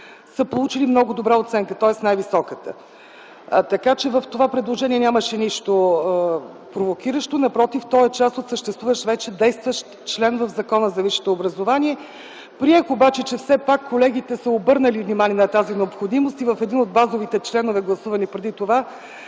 са получили много добра оценка, тоест най-високата. Така че в това предложение нямаше нищо провокиращо. Напротив, то е част от съществуващ, вече действащ член в Закона за висшето образование. Приех обаче, че все пак колегите са обърнали внимание на тази необходимост и в един от базовите членове, гласувани преди това,